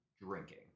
drinking